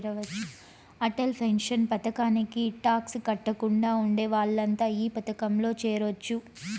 Atal pension పథకానికి tax కట్టకుండా ఉండే వాళ్లంతా ఈ పథకంలో చేరొచ్చు